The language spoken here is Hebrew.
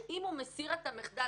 שאם הוא מסיר את המחדל